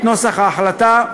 את נוסח ההחלטה,